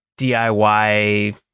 DIY